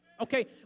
Okay